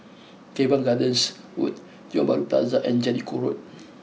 Teban Gardens Road Tiong Bahru Plaza and Jellicoe Road